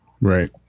Right